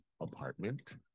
apartment